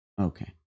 Okay